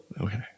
Okay